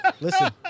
Listen